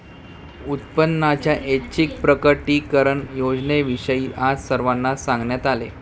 उत्पन्नाच्या ऐच्छिक प्रकटीकरण योजनेविषयी आज सर्वांना सांगण्यात आले